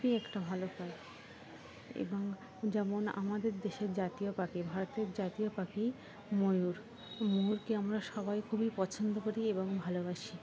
খই একটা ভালো পাই এবং যেমন আমাদের দেশের জাতীয় পাখি ভারতের জাতীয় পাখি ময়ূর ময়ূরকে আমরা সবাই খুবই পছন্দ করি এবং ভালোবাসি